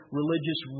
religious